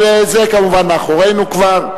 אבל זה כמובן מאחורינו כבר.